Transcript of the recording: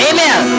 Amen